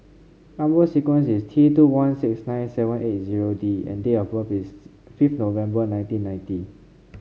number sequence is T two one six nine seven eight zero D and date of birth is fifth November nineteen ninety